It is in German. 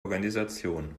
organisation